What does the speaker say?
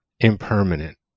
impermanent